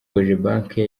cogebanque